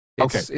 Okay